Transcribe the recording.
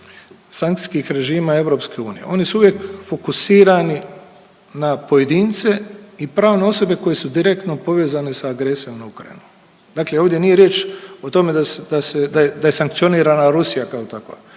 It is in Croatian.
sankcijskih režima EU oni su uvijek fokusirani da pojedince i pravne osobe koje su direktno povezane s agresijom na Ukrajinu. Dakle, ovdje nije riječ o tome da se, da je sankcionirana Rusija kao takva